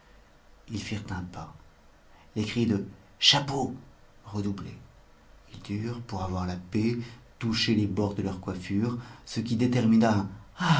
ils firent un pas les cris de chapeau redoublaient ils durent pour avoir la paix toucher les bords de leurs coiffures ce qui détermina